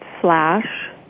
slash